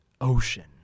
ocean